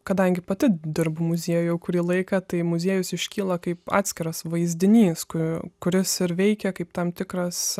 kadangi pati dirbu muziejuj jau kurį laiką tai muziejus iškyla kaip atskiras vaizdinys ku kuris ir veikia kaip tam tikras